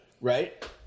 Right